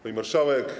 Pani Marszałek!